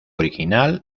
original